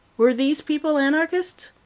were these people anarchists?